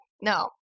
No